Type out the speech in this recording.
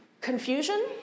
confusion